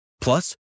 Plus